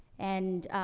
and,